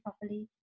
properly